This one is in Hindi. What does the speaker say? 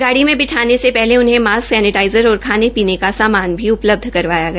गाड़ी में बिठाने से पहले उन्हें मास्क सैनीटाईजर और खाने पीने का सामन भी उपलब्ध करवाया गया